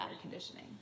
conditioning